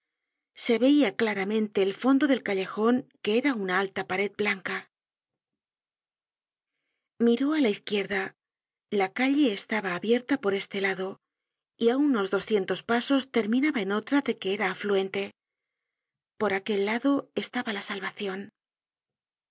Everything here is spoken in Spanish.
se veia claramente el fondo del callejon que era una alta pared blanca miró á la izquierda la calle estaba abierta por este lado y á unos doscientos pasos terminaba en otra de que era afluente por aquel lado estaba la salvacion